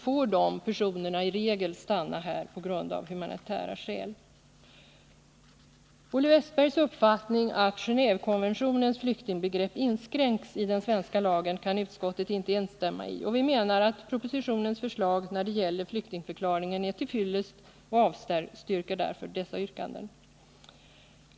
får i regel stanna här av humanitära skäl. Olle Wästbergs uppfattning att Genévekonventionens flyktingbegrepp inskränks i den svenska lagen kan utskottet inte dela. Vi menar att propositionens förslag när det gäller flyktingförklaringen är till fyllest och avstyrker därför dessa yrkanden.